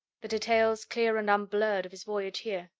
the details, clear and unblurred, of his voyage here.